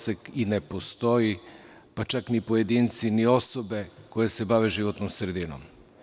Odsek i ne postoji, pa čak ni pojedinci ni osobe koje se bave životnom sredinom.